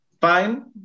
fine